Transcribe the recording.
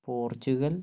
Portugal